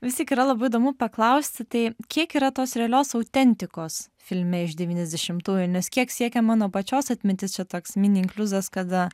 vis tik yra labai įdomu paklausti tai kiek yra tos realios autentikos filme iš devyniasdešimtųjų nes kiek siekia mano pačios atmintis čia toks mini inkliuzas kada